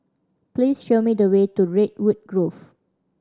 please show me the way to Redwood Grove